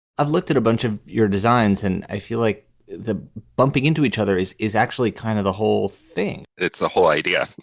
i've looked at a bunch of your designs, and i feel like the bumping into each other is is actually kind of the whole thing it's the whole idea